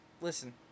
listen